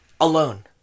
alone